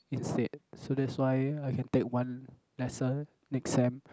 instead so that's why I can take one lesson next sem